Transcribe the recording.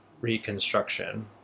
reconstruction